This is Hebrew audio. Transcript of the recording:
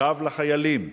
קו לחיילים,